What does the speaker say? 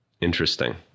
Interesting